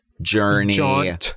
journey